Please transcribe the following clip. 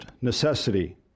necessity